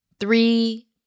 Three